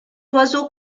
oiseau